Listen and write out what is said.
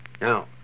Now